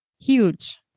Huge